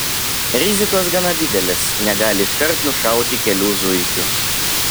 rizikos gana didelės negali iškart nušauti kelių zuikių